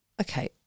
Okay